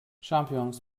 champignons